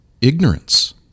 ignorance